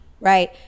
right